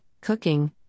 cooking